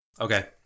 Okay